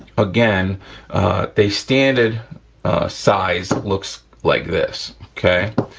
again the standard size looks like this, okay?